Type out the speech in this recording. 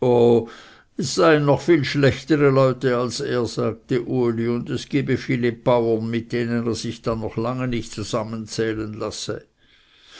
es seien noch viel schlechtere leute als er sagte uli und es gebe viele bauren mit denen er sich dann noch lange nicht zusammenzählen lasse